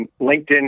LinkedIn